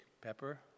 Pepper